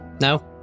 No